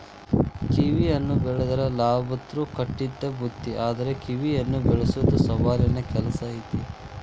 ಕಿವಿಹಣ್ಣ ಬೆಳದ್ರ ಲಾಭಂತ್ರು ಕಟ್ಟಿಟ್ಟ ಬುತ್ತಿ ಆದ್ರ ಕಿವಿಹಣ್ಣ ಬೆಳಸೊದು ಸವಾಲಿನ ಕೆಲ್ಸ ಐತಿ